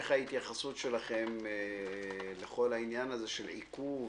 איך ההתייחסות שלכם לכל העניין הזה של העיכוב.